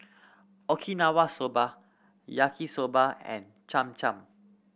Okinawa Soba Yaki Soba and Cham Cham